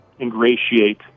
ingratiate